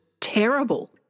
terrible